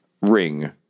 ring